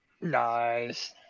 Nice